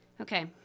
Okay